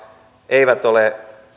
eivät ole